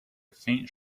faint